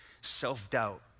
self-doubt